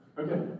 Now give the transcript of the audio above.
Okay